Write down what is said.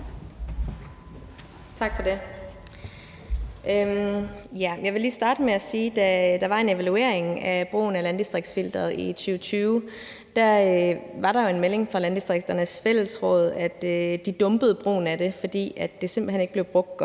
Tak for det. Jeg vil lige starte med at sige, at da der var en evaluering af brugen af landdistriktsfilteret i 2020, var der jo en melding fra Landdistrikternes Fællesråd om, at de dumpede brugen af det, fordi det simpelt hen ikke blev brugt godt